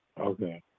Okay